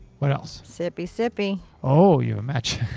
what else? sippy sippy. oh you match.